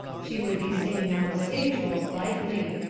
she would be singing on the stage most likely.